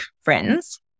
friends